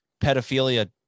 pedophilia